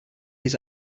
his